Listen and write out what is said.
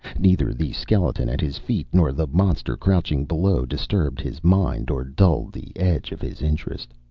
neither the skeleton at his feet nor the monster crouching below disturbed his mind or dulled the edge of his interest.